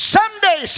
Someday